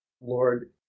Lord